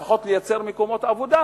לפחות לייצר מקומות עבודה,